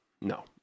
No